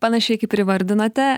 panašiai kaip ir įvardinote